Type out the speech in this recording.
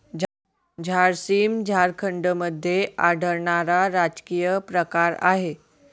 झारसीम झारखंडमध्ये आढळणारा राजकीय प्रकार आहे